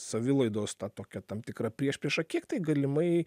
savilaidos tą tokią tam tikrą priešpriešą kiek tai galimai